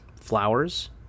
flowers